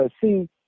see